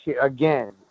again